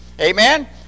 amen